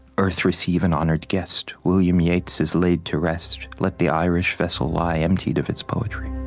earth, receive an honoured guest william yeats is laid to rest. let the irish vessel lie, emptied of its poetry.